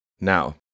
Now